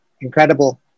incredible